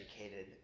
educated